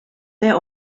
there